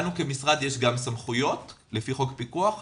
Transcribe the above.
לנו כמשרד יש גם סמכויות לפי חוק הפיקוח,